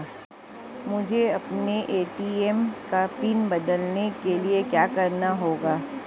मुझे अपने ए.टी.एम का पिन बदलने के लिए क्या करना होगा?